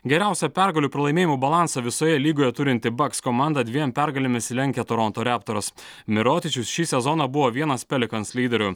geriausią pergalių pralaimėjimų balansą visoje lygoje turinti baks komanda dviem pergalėmis lenkia toronto reptors mirotitičius šį sezoną buvo vienas pelikans lyderių